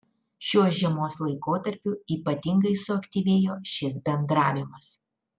šiuo žiemos laikotarpiu ypatingai suaktyvėjo šis bendravimas